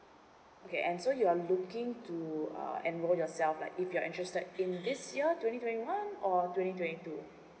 okay and so you are looking to uh enrol yourself like if you're interested in this year twenty twenty one or twenty twenty two